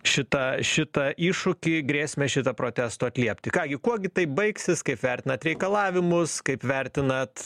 šitą šitą iššūkį grėsmę šitą protesto atliepti ką gi kuo gi tai baigsis kaip vertinat reikalavimus kaip vertinat